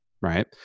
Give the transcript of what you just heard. right